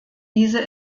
diese